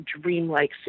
dreamlike